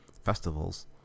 festivals